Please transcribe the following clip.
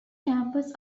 campus